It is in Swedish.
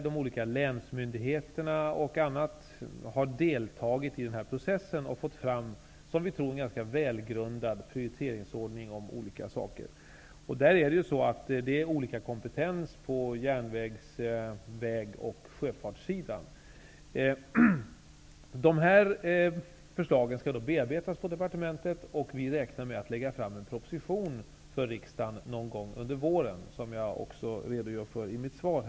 De olika länsmyndigheterna och andra har deltagit i den här processen och fått fram en, som vi tror, ganska välgrundad prioriteringsordning. Det finns olika kompetens på järnvägs , väg och sjöfartssidan. Förslagen skall bearbetas på departementet. Vi räknar med att lägga fram en proposition för riksdagen under våren, vilket jag också har redogjort för i mitt svar.